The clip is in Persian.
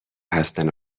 هستن